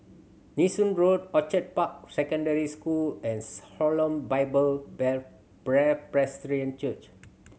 Nee Soon Road Orchid Park Secondary School and Shalom Bible Presbyterian Church